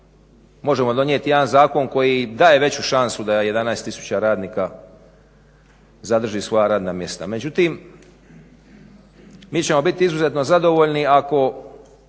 možemo donijeti jedan zakon koji daje veću šansu da 11 tisuća radnika zadrži svoja radna mjesta. Međutim, mi ćemo biti izuzetno zadovoljni ako